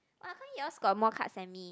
how come yours got more cards than me